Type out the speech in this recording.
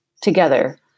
together